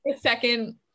second